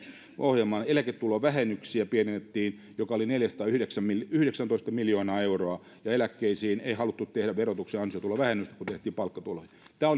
ohjelmanne eläketulovähennyksiä pienennettiin se oli neljäsataayhdeksäntoista miljoonaa euroa ja eläkkeisiin ei haluttu tehdä verotuksen ansiotulovähennystä kun se tehtiin palkkatuloihin tämä